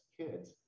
kids